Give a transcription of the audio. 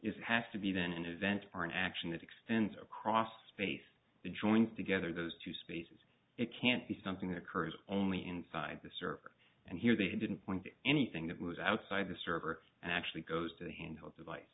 is has to be then an event or an action that extends across space the joining together those two spaces it can't be something that occurs only inside the server and here they didn't point to anything that was outside the server and actually goes to the handheld device